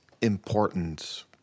important